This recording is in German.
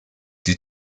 die